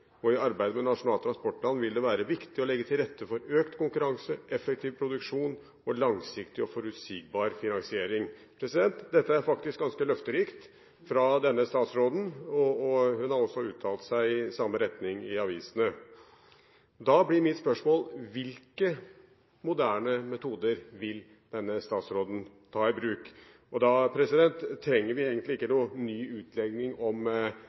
videre: «I arbeidet med nasjonal transportplan vil det være viktig å legge til rette for økt konkurranse, effektiv produksjon og langsiktig og forutsigbar finansiering.» Dette er faktisk ganske løfterikt fra denne statsråden. Hun har også uttalt seg i samme retning i avisene. Da blir mitt spørsmål: Hvilke moderne metoder vil denne statsråden ta i bruk? Da trenger vi egentlig ikke noen ny utlegning om